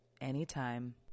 Anytime